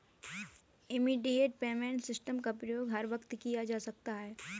immediate payment system का प्रयोग हर वक्त किया जा सकता है